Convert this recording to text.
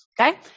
Okay